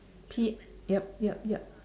pie~ yup yup yup